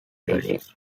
released